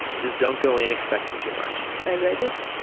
just don't go in expecting too much i read it.